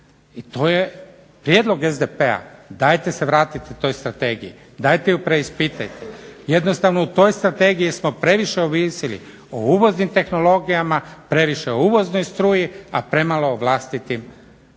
I to je prijedlog SDP-a dajte se vratite toj strategiji, dajte ju preispitajte, jednostavno o toj strategiji smo previše ovisili, o uvoznim tehnologijama, o uvoznoj struji a premalo o vlastitim proizvodnjama.